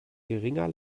geringer